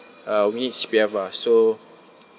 uh we need C_P_F ah so